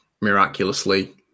miraculously